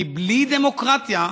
כי בלי דמוקרטיה,